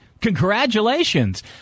Congratulations